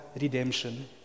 redemption